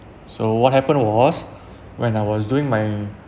so what happened was when I was doing my